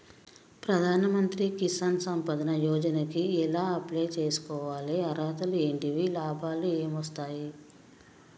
ప్రధాన మంత్రి కిసాన్ సంపద యోజన కి ఎలా అప్లయ్ చేసుకోవాలి? అర్హతలు ఏంటివి? లాభాలు ఏమొస్తాయి?